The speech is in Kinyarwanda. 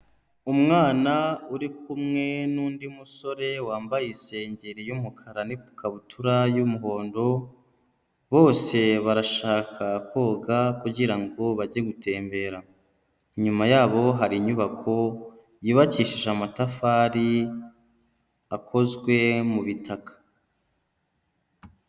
Umwana uri kumwe n'undi musore wambaye isengeri y'umukara n'ikabutura y'umuhondo, bose barashaka koga kugira ngo bajye gutembera, inyuma yabo hari inyubako yubakishije amatafari akozwe mu bitaka.